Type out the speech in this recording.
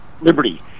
liberty